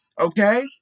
okay